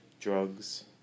drugs